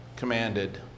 commanded